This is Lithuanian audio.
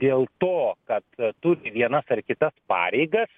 dėl to kad turi vienas ar kitas pareigas